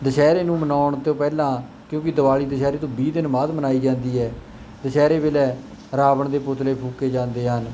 ਦੁਸਹਿਰੇ ਨੂੰ ਮਨਾਉਣ ਤੋਂ ਪਹਿਲਾਂ ਕਿਉਂਕਿ ਦਿਵਾਲੀ ਦੁਸਹਿਰੇ ਤੋਂ ਵੀਹ ਦਿਨ ਬਾਅਦ ਮਨਾਈ ਜਾਂਦੀ ਹੈ ਦੁਸਹਿਰੇ ਵੇਲੇ ਰਾਵਣ ਦੇ ਪੁਤਲੇ ਫੂਕੇ ਜਾਂਦੇ ਹਨ